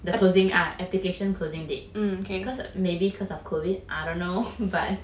the closing ah application closing date cause maybe cause of COVID I don't know but